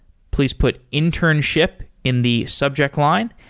please put internship in the subject line,